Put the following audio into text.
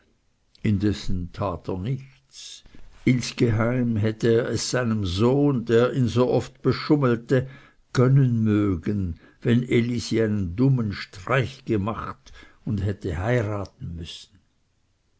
indessen tat er nichts insgeheim hätte er es seinem sohn der ihn so oft bschummelte gönnen mögen wenn elisi einen dummen streich gemacht und hätte heiraten müssen